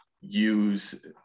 use